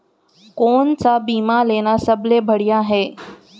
कोन स बीमा लेना सबले बढ़िया हे?